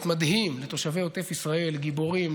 מדהים לתושבי עוטף ישראל: גיבורים,